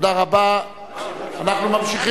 אני קובע שהצעת חוק חינוך ממלכתי (תיקון,